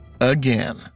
Again